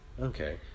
okay